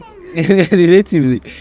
relatively